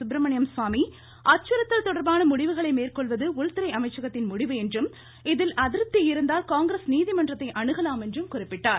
சுப்ரமண்யம் சுவாமி அச்சுறுத்தல் தொடர்பான முடிவுகளை மேற்கொள்வது உள்துறை அமைச்சகத்தின் முடிவு என்றும் இதில் அதிருப்தி இருந்தால் காங்கிரஸ் நீதிமன்றத்தை அணுகலாம் என்றும் குறிப்பிட்டார்